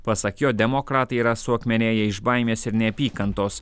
pasak jo demokratai yra suakmenėję iš baimės ir neapykantos